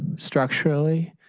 structurally,